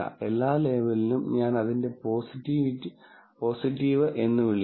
എല്ലാ ലേബലിനും ഞാൻ അതിനെ പോസിറ്റീവ് എന്ന് വിളിക്കും